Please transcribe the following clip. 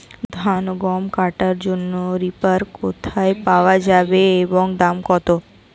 ধান ও গম কাটার যন্ত্র রিপার কোথায় পাওয়া যাবে এবং দাম কত?